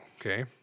Okay